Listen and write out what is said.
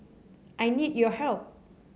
I need your help